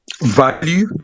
value